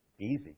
easy